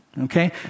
okay